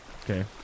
Okay